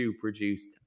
produced